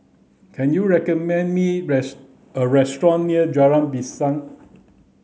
can you recommend me a restaurant near Jalan Pisang